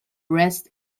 rest